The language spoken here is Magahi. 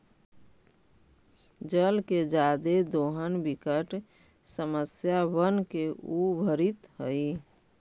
जल के जादे दोहन विकट समस्या बनके उभरित हई